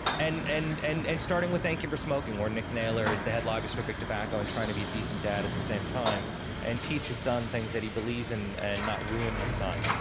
and and and and starting with thank you for smoking where nick naylor is the head lobbyist for a big tobacco and trying to be a decent dad at the same time and teach his son things that he believes in and not ruin his son.